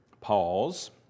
Pause